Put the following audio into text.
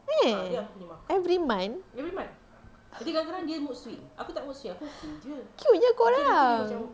eh every month cute nya korang